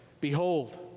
behold